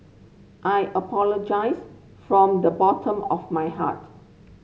I appologise from the bottom of my heart